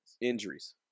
Injuries